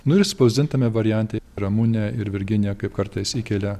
nu ir spausdintame variante ramunė ir virginija kaip kartais įkelia